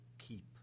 keep